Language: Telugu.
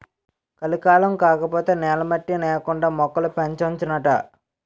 కలికాలం కాకపోతే నేల మట్టి నేకండా మొక్కలు పెంచొచ్చునాట